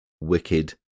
wicked